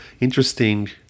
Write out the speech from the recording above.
interesting